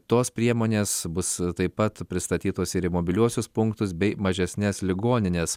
tos priemonės bus taip pat pristatytos ir į mobiliuosius punktus bei mažesnes ligonines